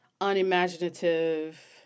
unimaginative